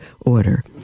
order